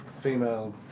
female